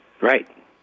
Right